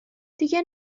دیگه